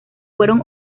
fueron